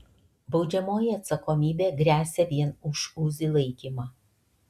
baudžiamoji atsakomybė gresia vien už uzi laikymą